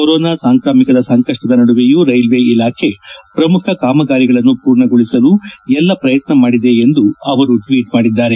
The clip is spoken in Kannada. ಕೊರೊನಾ ಸಾಂಕ್ರಾಮಿಕದ ಸಂಕಪ್ನದ ನಡುವೆಯೂ ರೈಲ್ವೆ ಇಲಾಖೆ ಪ್ರಮುಖ ಕಾಮಗಾರಿಗಳನ್ನು ಪೂರ್ಣಗೊಳಿಸಲು ಎಲ್ಲಾ ಪ್ರಯತ್ನ ಮಾಡಿದೆ ಎಂದು ಸಚಿವ ಸುರೇಶ್ ಅಂಗಡಿ ಟ್ಲೀಟ್ ಮಾಡಿದ್ದಾರೆ